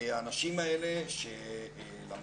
האנשים האלה שלמדו,